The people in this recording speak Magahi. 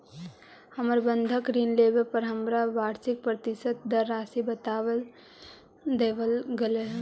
हमर बंधक ऋण लेवे पर हमरा वार्षिक प्रतिशत दर राशी बता देवल गेल हल